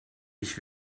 ich